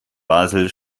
basel